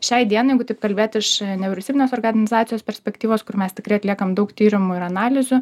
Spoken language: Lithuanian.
šiai dienai jeigu taip kalbėt iš nevyriausybinės organizacijos perspektyvos kur mes tikrai atliekame daug tyrimų ir analizių